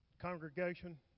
congregation